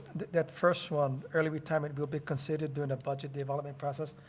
that first one, early retirement will be considered during a budget developing process.